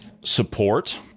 support